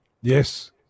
Yes